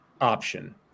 option